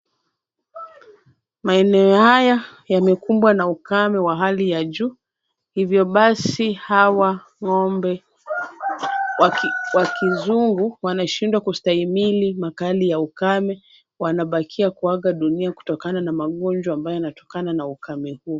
Maeneo haya yamekumbwa na ukame wa hali ya juu hivyo basi hawa ng'ombe wakizuru wanashindwa kustahimili makali ya ukame, wanabakia kuaga dunia kutokana na magonjwa ambayo yanayotokana na ukame huu.